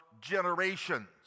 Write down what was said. generations